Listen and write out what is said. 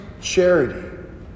charity